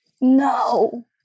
no